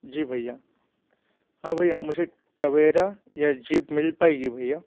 जी भैया हाँ भैया मुझे टवेरा या जीप मिल पाएगी भैया